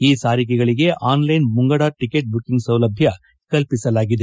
ಈ ಸಾರಿಗೆಗಳಿಗೆ ಆನ್ಲೈನ್ ಮುಂಗಡ ಟಿಕೆಟ್ ಬುಕ್ಕಿಂಗ್ ಸೌಲಭ್ಯ ಕಲ್ಪಿಸಲಾಗಿದೆ